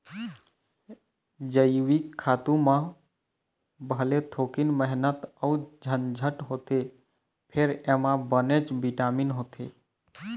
जइविक खातू म भले थोकिन मेहनत अउ झंझट होथे फेर एमा बनेच बिटामिन होथे